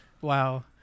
wow